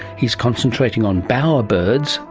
he is concentrating on bower birds,